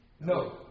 No